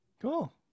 Cool